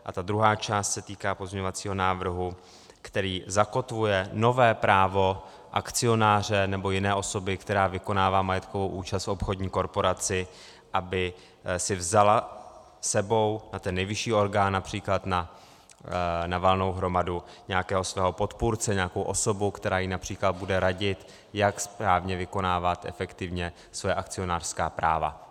A druhá část se týká pozměňovacího návrhu, který zakotvuje nové právo akcionáře, nebo jiné osoby, která vykonává majetkovou účast v obchodní korporaci, aby si vzala s sebou na ten nejvyšší orgán, například na valnou hromadu, nějakého svého podpůrce, nějakou osobu, která jí například bude radit, jak správně a efektivně vykonávat svá akcionářská práva.